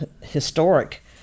historic